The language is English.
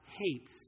hates